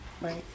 Right